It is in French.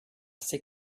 c’est